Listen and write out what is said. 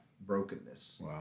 brokenness